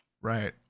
Right